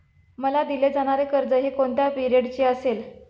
मला दिले जाणारे कर्ज हे कोणत्या पिरियडचे असेल?